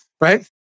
right